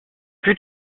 fut